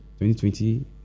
2020